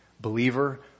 Believer